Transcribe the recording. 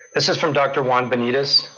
this is from dr. juan benitez.